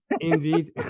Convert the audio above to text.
Indeed